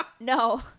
No